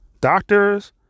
Doctors